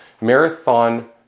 Marathon